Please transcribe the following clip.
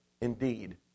indeed